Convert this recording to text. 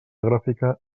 gràfica